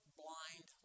blind